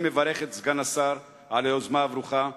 אני מברך את סגן השר על היוזמה הברוכה,